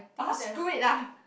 ah screw it lah